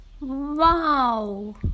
Wow